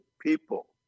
people